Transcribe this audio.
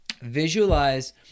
Visualize